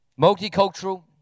Multicultural